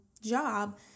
job